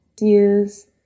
Use